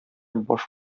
баш